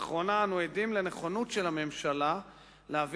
לאחרונה אנו עדים לנכונות של הממשלה להביא